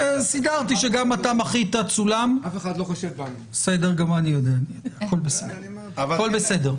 גם אני רוצה לומר עוד הפעם,